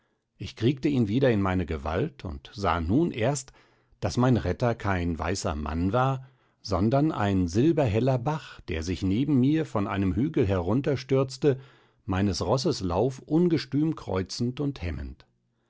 ich kriegte ihn wieder in meine gewalt und sah nun erst daß mein retter kein weißer mann war sondern ein silberheller bach der sich neben mir von einem hügel herunterstürzte meines rosses lauf ungestüm kreuzend und hemmend